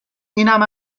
اینم